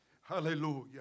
Hallelujah